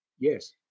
Yes